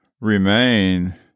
remain